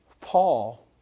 Paul